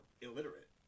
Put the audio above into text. illiterate